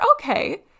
okay